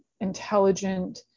intelligent